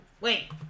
Wait